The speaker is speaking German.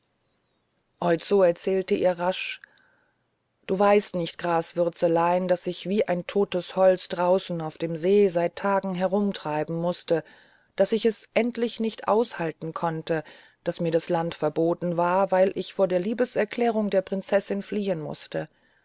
oizo erzählte ihr rasch du weißt nicht graswürzelein daß ich wie ein totes holz draußen auf dem see seit tagen herumtreiben mußte daß ich es endlich nicht aushalten konnte daß mir das land verboten war weil ich vor der liebeserklärung der prinzessin fliehen mußte